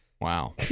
Wow